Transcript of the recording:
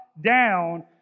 down